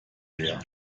leer